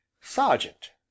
Sergeant